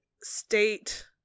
state